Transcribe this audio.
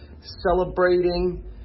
celebrating